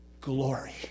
glory